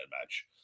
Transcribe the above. match